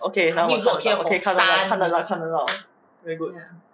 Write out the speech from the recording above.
okay now 我看得到 okay 看得到看得到看得到 very good